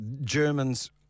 Germans